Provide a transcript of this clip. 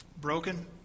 broken